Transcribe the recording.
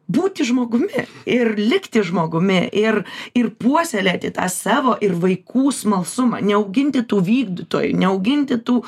būti žmogumi ir likti žmogumi ir ir puoselėti tą savo ir vaikų smalsumą neauginti tų vykdytojų neauginti tų